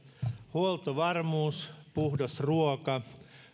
huoltovarmuus puhdas ruoka